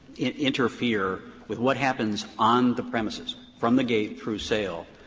interfere with what happens on the premises from the gate through sale,